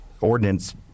ordinance